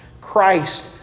Christ